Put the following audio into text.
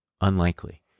unlikely